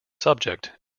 subject